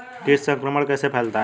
कीट संक्रमण कैसे फैलता है?